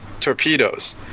torpedoes